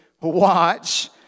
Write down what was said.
Watch